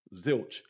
zilch